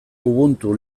ubuntu